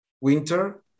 winter